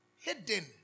Hidden